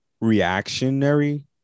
Reactionary